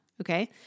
Okay